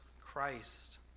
Christ